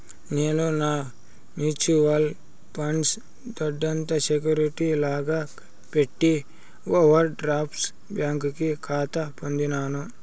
నేను నా mutual funds దొడ్డంత సెక్యూరిటీ లాగా పెట్టి ఓవర్ డ్రాఫ్ట్ బ్యాంకి కాతా పొందినాను